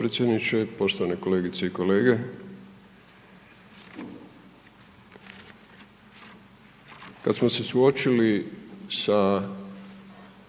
Hvala vam